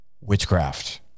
witchcraft